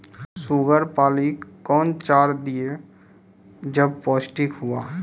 Sugar पाली कौन चार दिय जब पोस्टिक हुआ?